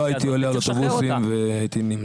אני יודע להגיד שאני לא הייתי עולה על אוטובוסים והייתי נמנע